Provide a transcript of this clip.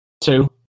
Two